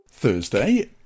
Thursday